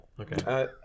okay